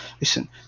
Listen